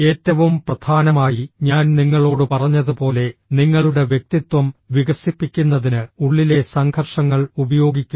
ഏറ്റവും പ്രധാനമായി ഞാൻ നിങ്ങളോട് പറഞ്ഞതുപോലെ നിങ്ങളുടെ വ്യക്തിത്വം വികസിപ്പിക്കുന്നതിന് ഉള്ളിലെ സംഘർഷങ്ങൾ ഉപയോഗിക്കുക